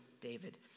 David